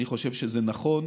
אני חושב שזה נכון